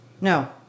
no